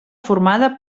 formada